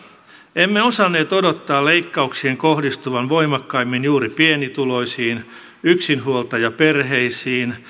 emme osanneet odottaa leikkauksien kohdistuvan voimakkaimmin juuri pienituloisiin yksinhuoltajaperheisiin